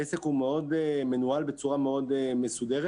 העסק מנוהל בצורה מאוד מסודרת.